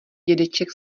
dědeček